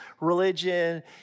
religion